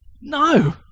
no